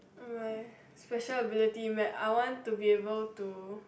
I am like special ability that I want to be able to